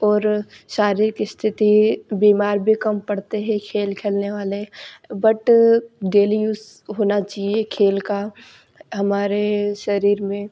और शारीरिक स्थिति बीमार भी कम पड़ते हैं खेल खेलने वाले बट डेली यूज़ होना चाहिए खेल का हमारे शरीर में